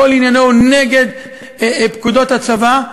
כל עניינו נגד פקודות הצבא,